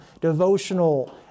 devotional